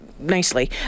nicely